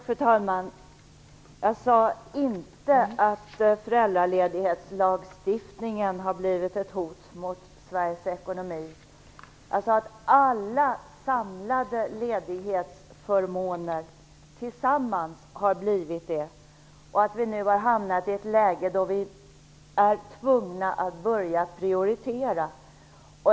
Fru talman! Jag sade inte att föräldraledighetslagstiftningen har blivit ett hot mot Sveriges ekonomi. Jag sade att alla samlade ledighetsförmåner tillsammans har blivit det och att vi nu har hamnat i ett läge där vi är tvungna att börja prioritera.